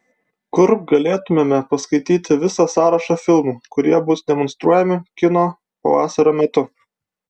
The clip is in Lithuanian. kur galėtumėme paskaityti visą sąrašą filmų kurie bus demonstruojami kino pavasario metu